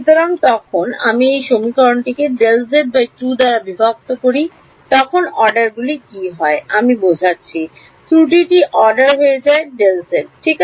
সুতরাং যখন আমি এই সমীকরণটিকে Δz2 দ্বারা বিভক্ত করি তখন অর্ডারগুলি কী হয় আমি বোঝাচ্ছি ত্রুটিটি অর্ডার হয়ে যায় Δz ঠিক